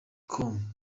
com